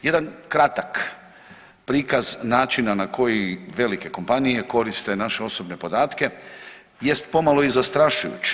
Jedan kratak prikaz načina na koji velike kompanije koriste naše osobne podatke jest pomalo i zastrašujuć.